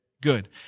good